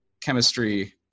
chemistry